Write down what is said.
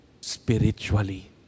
spiritually